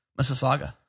Mississauga